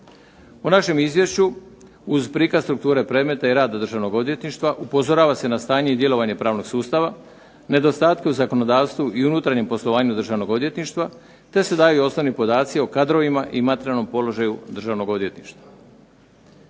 O našem izvješću uz prikaz strukture predmeta i rada Državnog odvjetništva upozorava se na stanje i djelovanje pravnog sustava, nedostatku u zakonodavstvu i unutarnjem poslovanju Državnog odvjetništva te se daju osnovni podaci o kadrovima i materijalnom položaju Državnog odvjetništva.